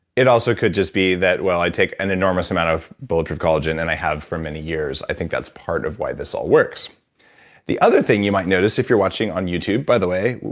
it also could just be that i take an enormous amount of bulletproof collagen, and i have for many years. i think that's part of why this all works the other thing you might notice, if you're watching on youtube. by the way,